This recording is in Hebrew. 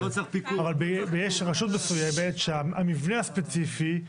אבל יש רשות מסוימת שהמבנה הספציפי,